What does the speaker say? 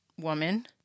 woman